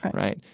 right right.